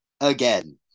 again